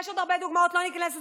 יש עוד הרבה דוגמאות, לא ניכנס לזה.